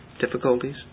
difficulties